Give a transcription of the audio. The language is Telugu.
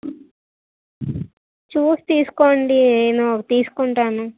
చూసి తీసుకోండి నేను ఒకటి తీసుకుంటాను